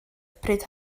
pryd